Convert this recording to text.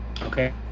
Okay